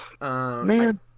Man